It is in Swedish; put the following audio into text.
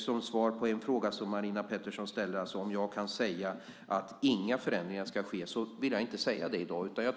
Som svar på en fråga som Marina Pettersson ställde, om jag kan säga att inga förändringar ska ske, vill jag inte säga det i dag.